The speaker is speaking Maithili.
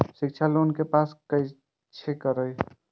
शिक्षा लोन के पास करें छै?